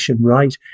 right